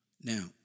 Now